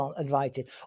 invited